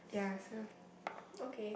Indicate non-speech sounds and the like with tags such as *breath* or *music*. *breath* okay